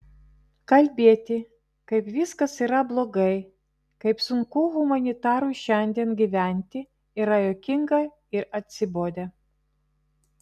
kalbėti kaip viskas yra blogai kaip sunku humanitarui šiandien gyventi yra juokinga ir atsibodę